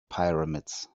pyramids